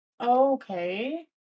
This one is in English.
Okay